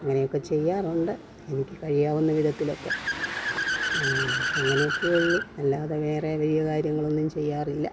അങ്ങനെയൊക്കെ ചെയ്യാറുണ്ട് എനിക്ക് കഴിയാവുന്ന വിധത്തിലൊക്കെ അങ്ങനെയൊക്കെയേ ഉള്ളൂ അല്ലാതെ വേറെ വലിയ കാര്യങ്ങളൊന്നും ചെയ്യാറില്ല